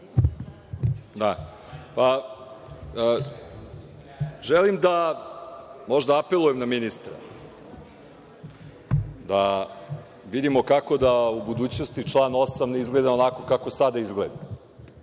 Želim da možda apelujem na ministra, da vidimo kako da u budućnosti član 8. ne izgleda onako kako sada izgleda.